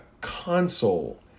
console